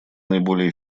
наиболее